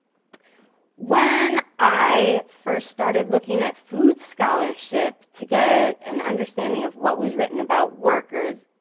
when i first started looking at food scholarship to get an understanding of what was written about workers,